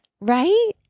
right